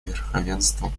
верховенства